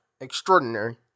extraordinary